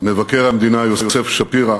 מבקר המדינה יוסף שפירא,